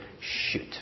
shoot